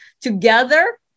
together